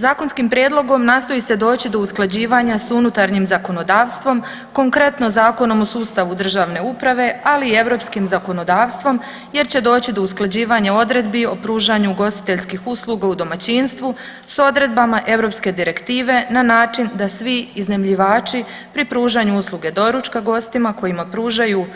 Zakonskim prijedlogom nastoji se doći do usklađivanja s unutarnjim zakonodavstvom, konkretno Zakonom o sustavu državne uprave, ali i europskim zakonodavstvom jer će doći do usklađivanja odredbi o pružanju ugostiteljskih usluga u domaćinstvu s odredbama europske direktive na način da svi iznajmljivači pri pružanju usluge doručka gostima kojima pružaju